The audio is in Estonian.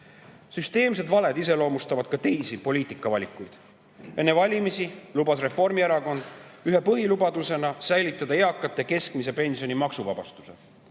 pakkuma. Süsteemsed valed iseloomustavad ka teisi poliitikavalikuid. Enne valimisi lubas Reformierakond ühe põhilubadusena säilitada eakate keskmise pensioni maksuvabastuse.